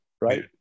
right